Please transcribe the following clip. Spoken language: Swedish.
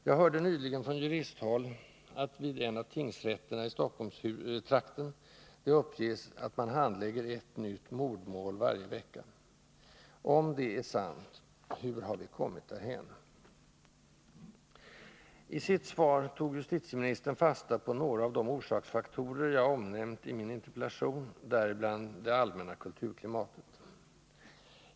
Jag hörde nyligen från juristhåll att det från en av tingsrätterna i Stockholmstrakten uppges att man handlägger ett nytt mordmål varje vecka. Om det är sant, hur har vi kommit därhän? I sitt svar tog justitieministern fasta på några av de orsaksfaktorer jag omnämnt i min interpellation, däribland det allmänna kulturklimatet.